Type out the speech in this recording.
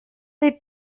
des